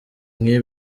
nk’ibi